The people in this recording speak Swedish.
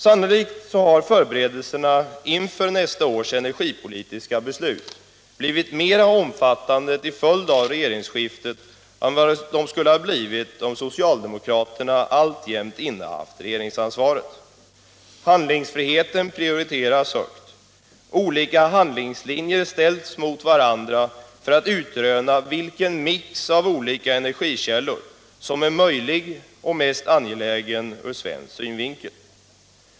Sannolikt har förberedelserna inför nästa års energipolitiska beslut blivit mera omfattande till följd av regeringsskiftet än vad de skulle ha blivit om socialdemokraterna alltjämt innehaft regeringsansvaret. Handlingsfriheten prioriteras högt. Olika handlingslinjer ställs mot varandra för att utröna vilken mix av olika energikällor som är möjlig och mest angelägen ur svensk synvinkel.